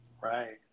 Right